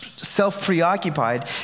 self-preoccupied